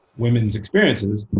women's experiences.